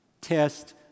test